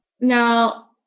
now